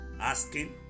asking